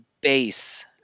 base